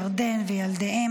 ירדן וילדיהם.